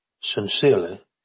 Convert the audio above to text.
Sincerely